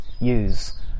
use